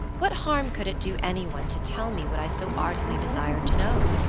what harm could it do anyone to tell me what i so ardently desired to know?